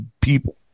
people